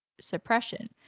suppression